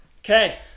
Okay